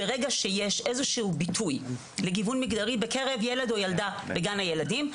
ברגע שיש איזה שהוא ביטוי לגיוון מגדרי בקרב ילד או ילדה בגן הילדים,